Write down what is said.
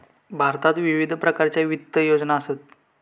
भारतात विविध प्रकारच्या वित्त योजना असत